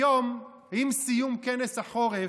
היום, עם סיום כנס החורף,